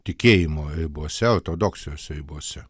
tikėjimo ribose ortodoksijos ribose